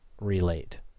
relate